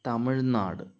Tamil Nadu